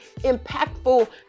impactful